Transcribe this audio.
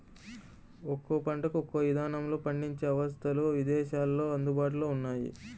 ఒక్కో పంటకు ఒక్కో ఇదానంలో పండించే అవస్థలు ఇదేశాల్లో అందుబాటులో ఉన్నయ్యి